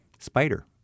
Spider